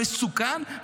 מסוכן,